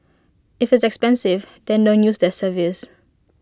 if it's expensive then don't use their service